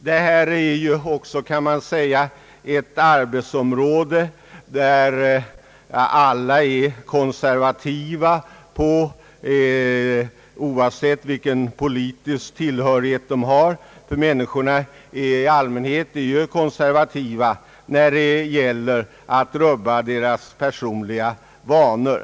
Det kan tilläggas att på ett sådant här område är alla konservativa, oavsett politisk partitillhörighet. Människorna är ju konservativa när det gäller att rubba deras personliga vanor.